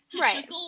right